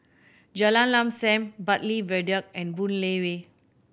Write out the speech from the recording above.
Jalan Lam Sam Bartley Viaduct and Boon Lay Way